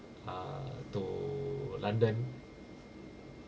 ah to london